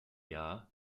jahr